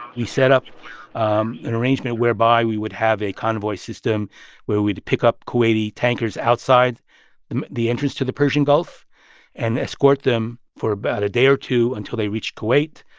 we set up um an arrangement whereby we would have a convoy system where we'd pick up kuwaiti tankers outside the the entrance to the persian gulf and escort them for about a day or two until they reached kuwait,